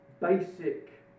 basic